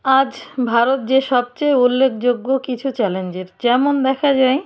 আজ ভারত যে সবচেয়ে উল্লেখযোগ্য কিছু চ্যালেঞ্জের যেমন দেখা যায়